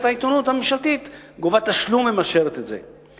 העיתונות הממשלתית גובה תשלום ומאשרת את זה.